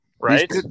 right